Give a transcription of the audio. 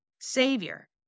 Savior